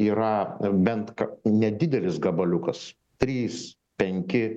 yra bent nedidelis gabaliukas trys penki